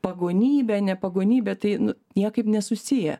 pagonybė ne pagonybė tai niekaip nesusiję